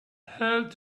held